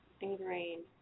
ingrained